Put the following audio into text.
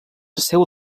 seu